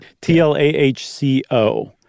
T-L-A-H-C-O